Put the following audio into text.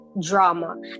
drama